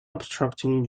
obstructing